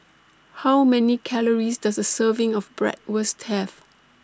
How Many Calories Does A Serving of Bratwurst Have